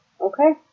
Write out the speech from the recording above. Okay